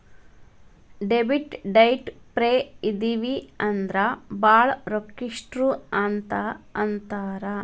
debit ಡೈಟ್ free ಇದಿವಿ ಅಂದ್ರ ಭಾಳ್ ರೊಕ್ಕಿಷ್ಟ್ರು ಅಂತ್ ಅಂತಾರ